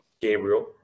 Gabriel